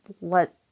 let